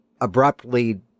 abruptly